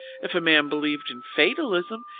if a man believed in fatalism,